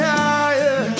higher